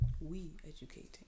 We-educating